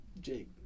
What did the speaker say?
Jake